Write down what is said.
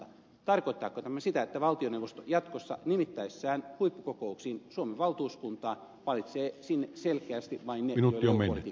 tarkoittaako tämä sitä että valtioneuvosto jatkossa nimittäessään huippukokouksiin suomen valtuuskuntaa valitsee sinne selkeästi vain ne joille eu politiikka kuuluu